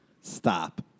Stop